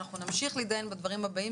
אנחנו נמשיך להידיין בדברים הבאים,